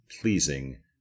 pleasing